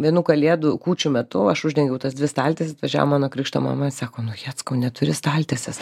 vienų kalėdų kūčių metu aš uždengiau tas dvi staltieses atvažiavo mano krikšto mama sako nu jeckau neturi staltiesės